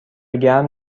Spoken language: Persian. گرم